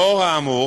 לאור האמור,